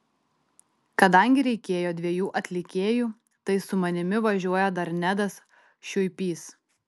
kadangi reikėjo dviejų atlikėjų tai su manimi važiuoja dar nedas šiuipys